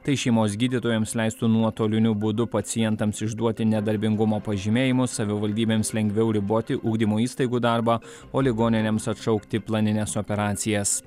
tai šeimos gydytojams leistų nuotoliniu būdu pacientams išduoti nedarbingumo pažymėjimus savivaldybėms lengviau riboti ugdymo įstaigų darbą o ligoninėms atšaukti planines operacijas